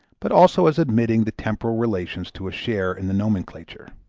but also as admitting the temporal relations to a share in the nomenclature.